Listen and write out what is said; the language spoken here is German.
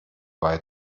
weiter